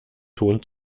ton